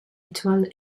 étoile